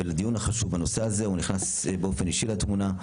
ובדיון החשוב בנושא הזה הוא נכנס באופן אישי לתמונה.